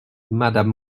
madame